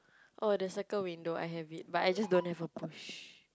oh the circle window I have it but I just don't have a push